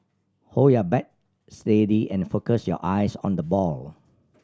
hold your bat steady and focus your eyes on the ball